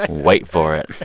wait for it